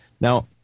Now